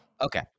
Okay